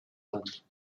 ânes